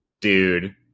dude